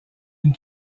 une